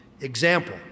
Example